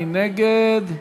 מי נגד?